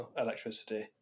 electricity